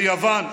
ביוון,